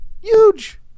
Huge